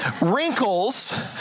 wrinkles